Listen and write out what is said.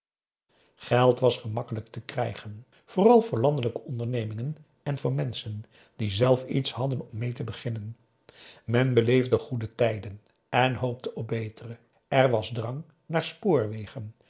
geld was gemakkelijk te krijgen vooral voor landelijke ondernemingen en voor menschen die zelf iets hadp a daum hoe hij raad van indië werd onder ps maurits den om meê te beginnen men beleefde goede tijden en hoopte op betere er was drang naar spoorwegen